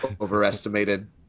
overestimated